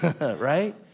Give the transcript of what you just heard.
right